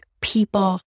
people